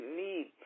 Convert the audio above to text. need